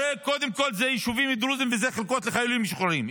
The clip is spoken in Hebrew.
הרי קודם כול אלה יישובים דרוזיים ואלה חלקות לחיילים משוחררים.